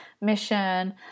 mission